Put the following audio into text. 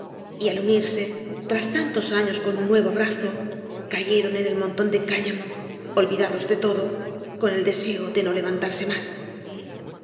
y al unirse tras tantos años con n nuevo abrazo cayeron en el montón de cáñamo olvidados de todo con el deseo de no levantarse más